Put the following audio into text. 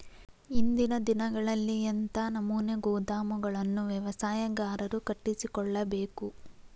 ಇಂದಿನ ದಿನಗಳಲ್ಲಿ ಎಂಥ ನಮೂನೆ ಗೋದಾಮುಗಳನ್ನು ವ್ಯವಸಾಯಗಾರರು ಕಟ್ಟಿಸಿಕೊಳ್ಳಬೇಕು?